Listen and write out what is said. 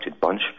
bunch